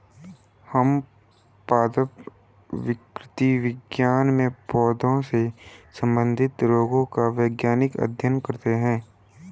हम पादप विकृति विज्ञान में पौधों से संबंधित रोगों का वैज्ञानिक अध्ययन करते हैं